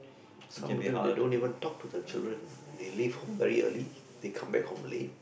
some of them they don't even talk to their children they leave home very early they come back home late